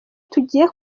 tugiye